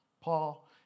Paul